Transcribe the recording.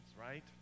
right